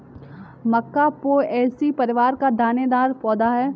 मक्का Poaceae परिवार का दानेदार पौधा है